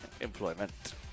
employment